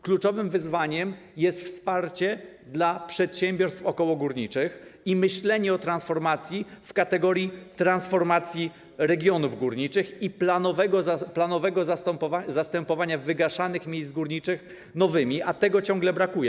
Kluczowym wyzwaniem jest wsparcie dla przedsiębiorstw okołogórniczych i myślenie o transformacji w kategorii transformacji regionów górniczych i planowego zastępowania wygaszanych miejsc górniczych nowymi, a tego ciągle brakuje.